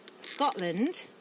Scotland